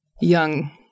young